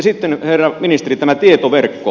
sitten herra ministeri tämä tietoverkko